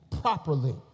properly